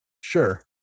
sure